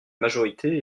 majorité